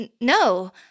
No